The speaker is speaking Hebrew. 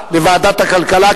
לוועדת הכלכלה,